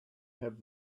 have